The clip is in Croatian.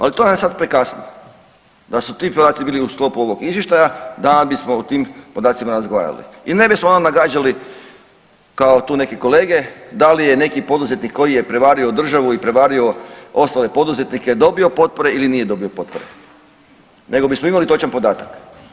Ali to nam je sad prekasno, da su ti podaci bili u sklopu ovog izvještaja danas bismo o tim podacima razgovarali i ne bismo onda nagađali kao tu neki kolege da li je neki poduzetnik koji je prevario državu i prevario ostale poduzetnike dobio potpore ili nije dobio potpore nego bismo imali točan podatak.